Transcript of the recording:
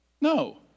No